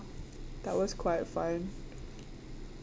that was quite fun